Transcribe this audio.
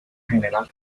general